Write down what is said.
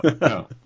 no